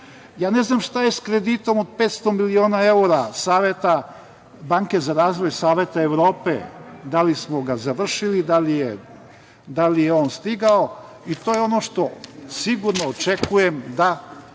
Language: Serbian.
znam šta je sa kreditom od 500 miliona evra Banke za razvoj saveta Evrope, da li smo ga završili, da li je on stigao. To je ono što sigurno očekujem da